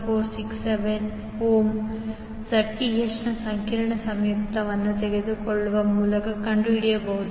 467 ಓಮ್ನ Zth ನ ಸಂಕೀರ್ಣ ಸಂಯುಕ್ತವನ್ನು ತೆಗೆದುಕೊಳ್ಳುವ ಮೂಲಕ ಕಂಡುಹಿಡಿಯಬಹುದು